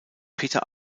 peter